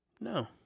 No